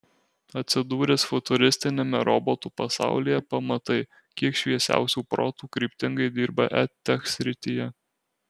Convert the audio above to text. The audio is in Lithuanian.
atsidūręs futuristiniame robotų pasaulyje pamatai kiek šviesiausių protų kryptingai dirba edtech srityje